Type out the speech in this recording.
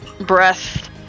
breath